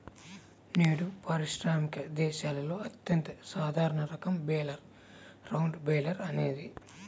నేడు పారిశ్రామిక దేశాలలో అత్యంత సాధారణ రకం బేలర్ రౌండ్ బేలర్ అనేది